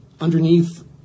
underneath